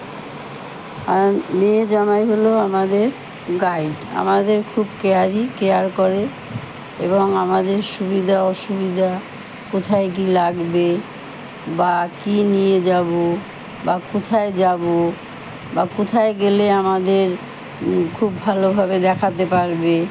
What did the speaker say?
আর মেয়ে জামাই হল আমাদের গাইড আমাদের খুব কেয়ারিং কেয়ার করে এবং আমাদের সুবিধা অসুবিধা কোথায় কী লাগবে বা কী নিয়ে যাবো বা কোথায় যাবো বা কোথায় গেলে আমাদের খুব ভালোভাবে দেখাতে পারবে